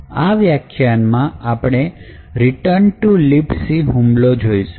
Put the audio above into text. આ વ્યાખ્યાનમાં આપણે Return to Libc હુમલો જોઇશું